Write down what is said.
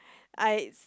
I